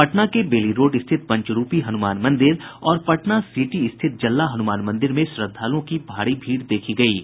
पटना के Bailey road स्थित पंचरूपी हनुमान मंदिर और पटना सिटी स्थित जल्ला हनुमान मंदिर में श्रद्धालुओं की भारी भीड़ देखी जा रही है